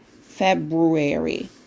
February